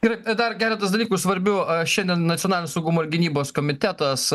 ir dar keretas dalykų svarbių aš šiandien nacionalinio saugumo ir gynybos komitetas